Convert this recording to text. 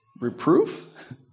reproof